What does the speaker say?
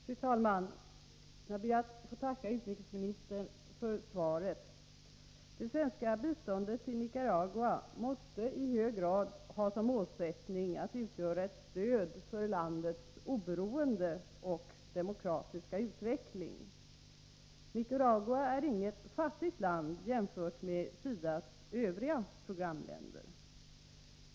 Fru talman! Jag ber att få tacka utrikesministern för svaret på min interpellation. Det svenska biståndet till Nicaragua måste i hög grad ha som målsättning att utgöra ett stöd för landets oberoende och demokratiska utvecking. Nicaragua är inget fattigt land, jämfört med SIDA:s övriga programländer.